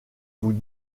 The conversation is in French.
vous